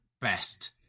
best